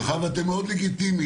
מאחר שאתם מאוד לגיטימיים,